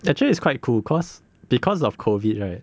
actually it's quite cool cause because of COVID right